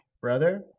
Brother